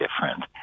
different